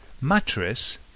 Mattress